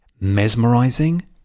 mesmerizing